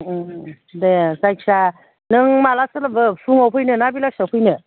ओ दे जायखिजाया नों माला सोलाबो फुङाव फैनो ना बेलासियाव फैनो